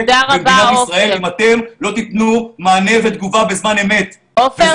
אם אתם לא תתנו מענה ותגובה בזמן אמת --- גיא,